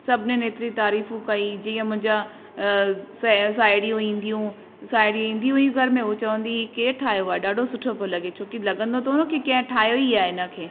सभिनीनि एतिरी तारीफूं कई जीअं मुंहिंजा स साहेड़ियूं ईंदियूं साहेड़ी ईंदियूं हुई घर में हूअ चवंदी ई केरु ठाहियो आहे ॾाढो सुठो पियो लॻे छो कि लॻंदो त हो न कि कंहिं ठाहियो ई आहे हिन खे